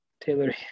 Taylor